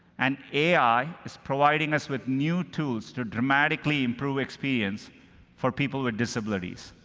and ai is providing us with new tools to dramatically improve experience for people with disabilities.